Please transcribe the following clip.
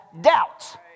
doubts